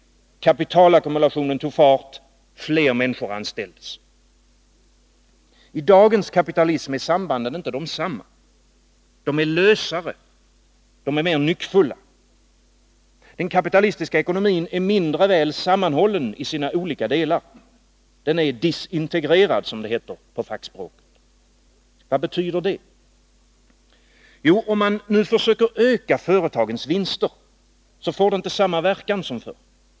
Kapitalackumulationen tog fart. Fler människor anställdes. I dagens kapitalism är sambanden inte desamma. De är lösare, de är mer nyckfulla. Den kapitalistiska ekonomin är mindre väl sammanhållen i sina olika delar, den är disintegrerad, som det heter på fackspråket. Vad betyder det? Jo, om man nu söker öka företagens vinster får det inte samma verkan som förr.